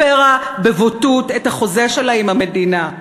הפרה בבוטות את החוזה שלה עם המדינה.